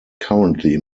currently